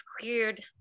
cleared